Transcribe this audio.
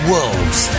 Wolves